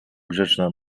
grzeczna